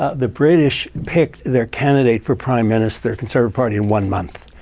the british picked their candidate for prime minister conservative party in one month.